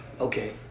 Okay